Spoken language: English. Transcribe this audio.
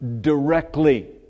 directly